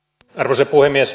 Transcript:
arvoisa puhemies